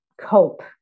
cope